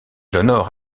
honore